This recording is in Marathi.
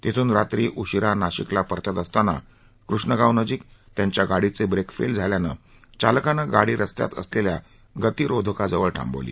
तिथून रात्री उशिरा नाशिकला परतत असताना कृष्णगावनजीक त्यांच्या गाडीचे ब्रेक फेल झाल्याने चालकानं गाडी रस्त्यात असलेल्या गतिरोधकाजवळ थांबवली